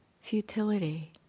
futility